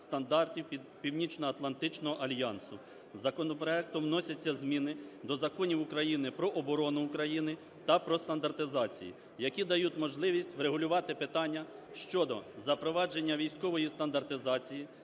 Північноатлантичного альянсу. Законопроектом вносяться зміни до законів України "Про оборону України" та "Про стандартизацію", які дають можливість врегулювати питання щодо запровадження військової стандартизації,